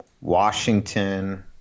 Washington